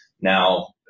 Now